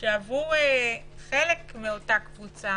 שעבור חלק מאותה קבוצה